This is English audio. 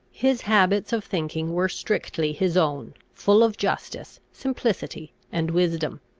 his habits of thinking were strictly his own, full of justice, simplicity, and wisdom.